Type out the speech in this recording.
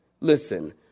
Listen